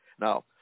Now